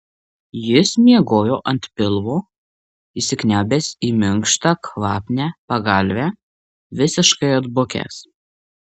jis miegojo ant pilvo įsikniaubęs į minkštą kvapią pagalvę visiškai atbukęs